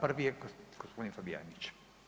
Prvi je gospodin Fabijanić.